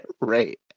right